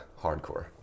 Hardcore